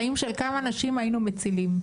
חיים של כמה נשים היינו מצילים,